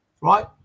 right